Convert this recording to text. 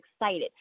excited